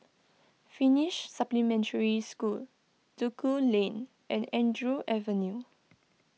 Finnish Supplementary School Duku Lane and Andrew Avenue